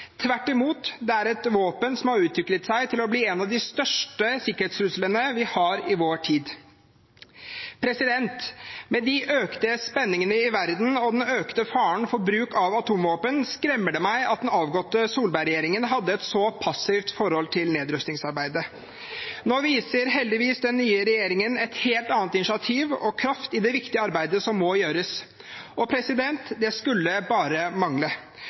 Tvert imot er det et våpen som har utviklet seg til å bli en av de største sikkerhetstruslene vi har i vår tid. Med de økte spenningene i verden og den økte faren for bruk av atomvåpen skremmer det meg at den avgåtte Solberg-regjeringen hadde et så passivt forhold til nedrustingsarbeidet. Nå viser heldigvis den nye regjeringen et helt annet initiativ og kraft i det viktige arbeidet som må gjøres. Det skulle bare mangle,